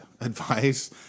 advice